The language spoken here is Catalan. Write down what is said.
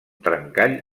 trencall